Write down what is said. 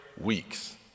weeks